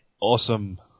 awesome